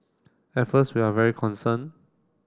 at first we are very concerned